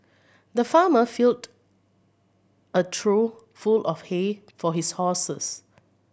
the farmer filled a trough full of hay for his horses